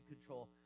control